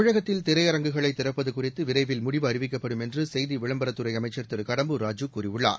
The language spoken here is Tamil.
தமிழகத்தில் திரையரங்குகளை திறப்பது குறித்து விரைவில் முடிவு அறிவிக்கப்படும் என்று செய்தி விளம்பரத்துறை அமைச்சர் திரு கடம்பூர் ராஜூ கூறியுள்ளார்